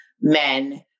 men